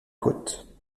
côte